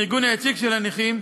הארגון היציג של הנכים,